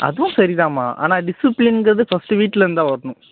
அதுவும் சரிதான்மா ஆனால் டிசிப்ளீன்ங்கிறது ஃபஸ்ட்டு வீட்டுலருந்துதான் வரணும்